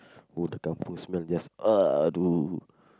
oh the kampung smell just !aduh!